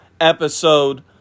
episode